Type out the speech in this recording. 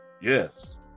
yes